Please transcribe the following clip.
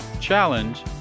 challenge